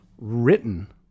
written